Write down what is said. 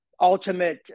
ultimate